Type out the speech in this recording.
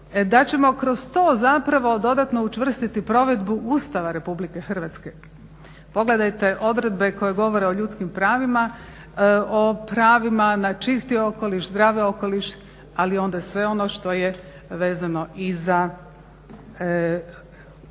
da ćemo kroz to zapravo dodatno učvrstiti provedbu Ustava RH. Pogledajte odredbe koje govore o ljudskim pravima, o pravima na čisti okoliš, zdravi okoliš, ali onda sve ono što je vezano i za ono